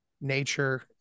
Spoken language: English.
nature